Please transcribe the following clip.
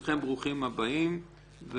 אז ברוכים הבאים לכולכם.